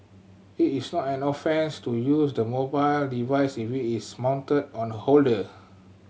it is not an offence to use the mobile device if it is mounted on a holder